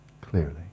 clearly